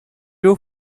you